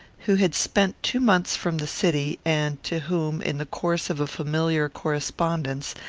who had spent two months from the city, and to whom, in the course of a familiar correspondence,